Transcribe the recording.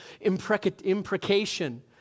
imprecation